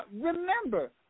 Remember